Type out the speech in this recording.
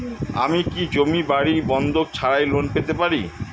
আমি কি জমি বাড়ি বন্ধক ছাড়াই লোন পেতে পারি?